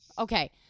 Okay